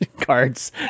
cards